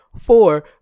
four